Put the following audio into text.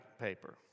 paper